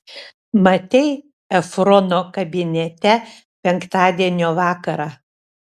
matei efrono kabinete penktadienio vakarą